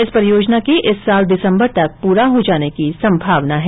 इस परियोजना के इस साल दिसंबर तक पूरा हो जाने की संभावना है